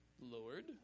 Lord